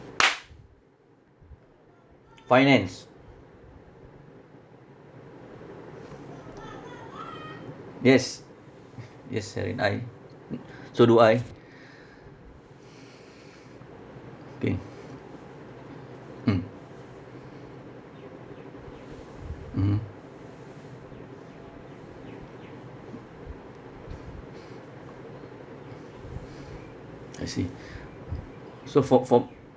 finance yes yes so do I okay mm mmhmm I see so for for